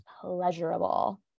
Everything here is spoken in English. pleasurable